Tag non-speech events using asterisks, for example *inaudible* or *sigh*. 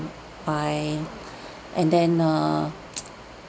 why and then err *noise*